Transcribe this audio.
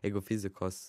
jeigu fizikos